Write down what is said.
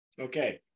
Okay